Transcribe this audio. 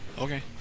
Okay